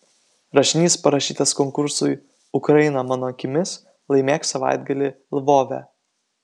rašinys parašytas konkursui ukraina mano akimis laimėk savaitgalį lvove